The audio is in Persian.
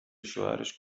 شوهرش